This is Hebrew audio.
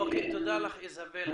תודה לך, איזבל.